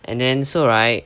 and then so right